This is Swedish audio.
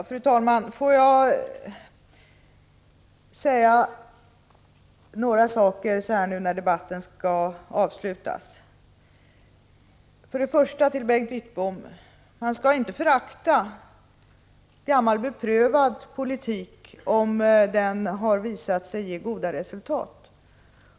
Fru talman! Låt mig säga några saker nu innan debatten avslutas. Först till Bengt Wittbom: Man skall inte förakta gammal beprövad politik om den har visat sig ge goda resultat.